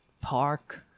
Park